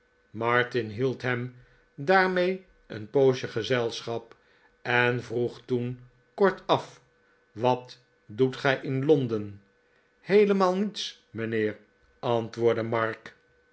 martin hield hem daarmee een poosje gezelschap en vroeg toen kortaf wat doet gij in londen heelemaal niets mijnheer antwoordde mark